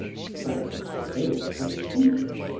the cellar was filled with people.